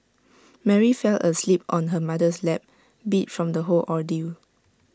Mary fell asleep on her mother's lap beat from the whole ordeal